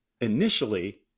initially